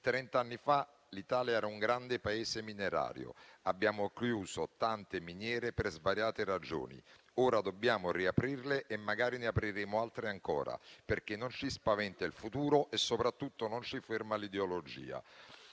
Trent'anni fa l'Italia era un grande Paese minerario. Abbiamo chiuso tante miniere per svariate ragioni; ora dobbiamo riaprirle e magari ne apriremo altre ancora, perché non ci spaventa il futuro e soprattutto non ci ferma l'ideologia.